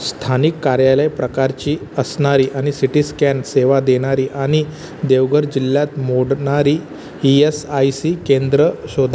स्थानिक कार्यालय प्रकारची असणारी आणि सि टी स्कॅन सेवा देणारी आणि देवगर जिल्ह्यात मोडणारी ई एस आय सी केंद्रं शोधा